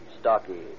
stocky